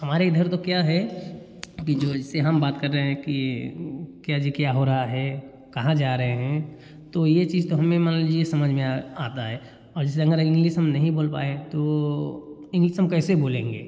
हमारे इधर तो क्या है कि इसे हम बात कर रहे हैं की क्या जी क्या हो रहा है कहाँ जा रहे हैं तो यह चीज़ तो हमें मान लीजिए समझ में आ आता है और जैसे अगर इंग्लिस हम नहीं बोल पाए तो इंग्लिस हम कैसे बोलेंगे